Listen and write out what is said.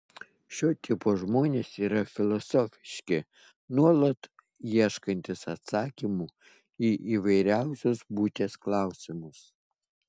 šio tipo žmonės yra filosofiški nuolat ieškantys atsakymų į įvairiausius būties klausimus